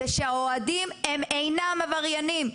זה שהאוהדים הם אינם עבריינים.